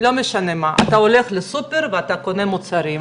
לא משנה מה, אתה הולך לסופר ואתה קונה מוצרים.